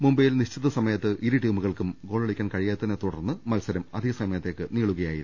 മുംബൈയിൽ നിശ്ചിത സമയത്ത് ഇരു ടീമുകൾക്കും ഗോളടിക്കാൻ കഴിയാത്തതിനെ തുടർന്നാണ് മത്സരം അധിക സമയത്തേക്ക് നീണ്ടത്